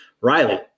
riley